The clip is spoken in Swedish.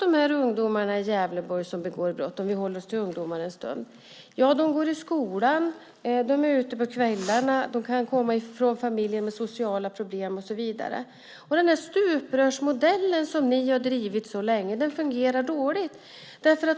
De ungdomar i Gävleborg som begår brott - vi håller oss till ungdomarna en stund - går i skolan, är ute på kvällarna, kan komma från familjer med sociala problem, och så vidare. Den stuprörsmodell som ni har drivit så länge fungerar dåligt.